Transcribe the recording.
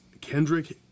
Kendrick